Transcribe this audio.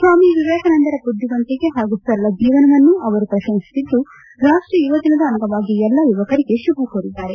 ಸ್ವಾಮಿ ವಿವೇಕಾನಂದರ ಬುದ್ಧಿವಂತಿಕೆ ಪಾಗೂ ಸರಳ ಜೀವನವನ್ನು ಅವರು ಪ್ರಶಂಸಿಸಿದ್ದು ರಾಷ್ಟೀಯ ಯುವ ದಿನದ ಅಂಗವಾಗಿ ಎಲ್ಲಾ ಯುವಕರಿಗೆ ಶುಭ ಕೋರಿದ್ದಾರೆ